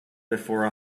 before